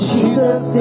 Jesus